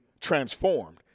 transformed